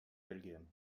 belgien